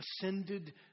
ascended